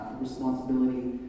responsibility